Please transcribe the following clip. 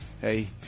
Hey